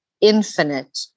infinite